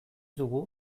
dugu